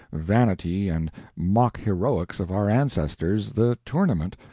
vanity, and mock-heroics of our ancestors, the tournament,